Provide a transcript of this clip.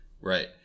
Right